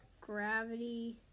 gravity